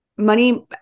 money